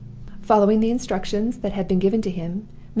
following the instructions that had been given to him,